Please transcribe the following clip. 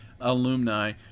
alumni